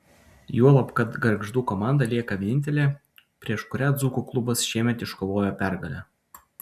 juolab kad gargždų komanda lieka vienintelė prieš kurią dzūkų klubas šiemet iškovojo pergalę